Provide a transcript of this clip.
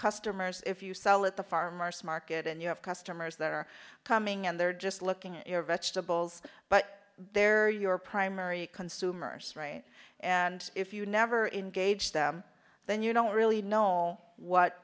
customers if you sell at the farmer's market and you have customers that are coming and they're just looking at your vegetables but there are your primary consumers and if you never in gauge them then you don't really know